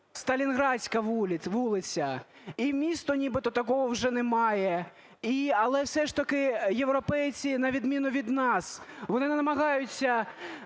Сталінградська вулиця. І міста нібито такого вже немає, але все ж таки європейці на відміну від нас, вони не намагаються